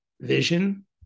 vision